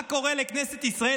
מה קורה לכנסת ישראל?